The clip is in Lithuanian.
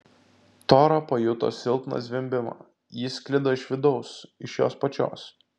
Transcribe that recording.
tora pajuto silpną zvimbimą jis sklido iš vidaus iš jos pačios